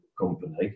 company